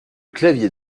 clavier